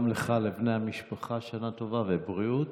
גם לך ולבני המשפחה שנה טובה ובריאות.